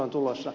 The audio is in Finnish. on tulossa